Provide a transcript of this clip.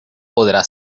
podrá